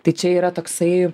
tai čia yra toksai